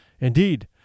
Indeed